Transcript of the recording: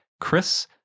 Chris